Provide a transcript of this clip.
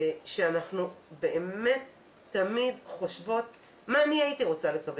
אנחנו באמת תמיד חושבות מה אני הייתי רוצה לקבל.